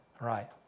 Right